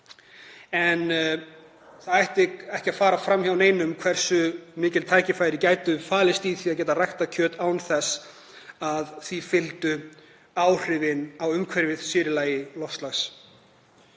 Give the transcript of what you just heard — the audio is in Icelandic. Það ætti ekki að fara fram hjá neinum hversu mikil tækifæri gætu falist í því að geta ræktað kjöt án þess að því fylgi áhrif á umhverfið, sér í lagi